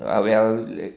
ah well like